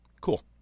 Cool